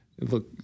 look